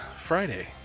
Friday